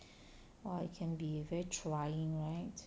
!wah! it can be very trying right